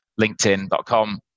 linkedin.com